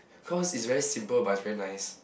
cause it's very simple but it's very nice